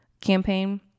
campaign